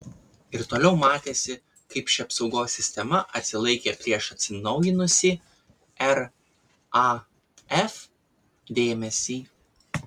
ir toliau matėsi kaip ši apsaugos sistema atsilaikė prieš atsinaujinusį raf dėmesį